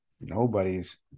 Nobody's